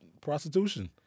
prostitution